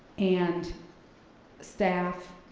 and staff,